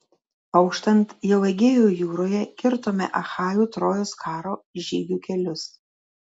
auštant jau egėjo jūroje kirtome achajų trojos karo žygių kelius